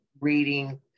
reading